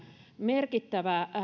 merkittävää